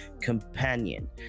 companion